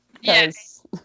Yes